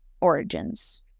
origins